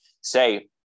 say